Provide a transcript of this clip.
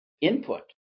input